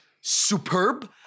superb